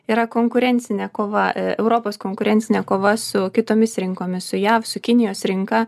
yra konkurencinė kova a europos konkurencinė kova su kitomis rinkomis su jav su kinijos rinka